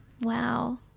Wow